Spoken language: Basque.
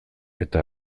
eta